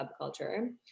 Subculture